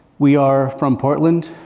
we are from portland.